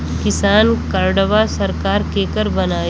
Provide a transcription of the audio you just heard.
किसान कार्डवा सरकार केकर बनाई?